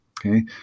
okay